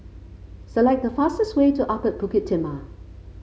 select the fastest way to Upper Bukit Timah